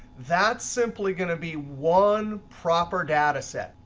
that's simply going to be one proper data set.